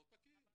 לא תקין.